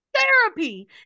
therapy